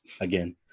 Again